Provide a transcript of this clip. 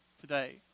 today